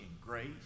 grace